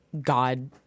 God